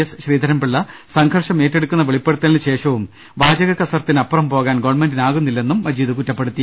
S Sreedharan പിള്ളയുടെ സംഘർഷം ഏറ്റെടുക്കുന്ന വെളിപ്പെടുത്തലിന് ശൃഷവും വാചക കസർത്തിന് അപ്പുറം പോകാൻ ഗവൺമെന്റിന് ആകുന്നില്ലെന്നും മജീദ് കുറ്റപ്പെടുത്തി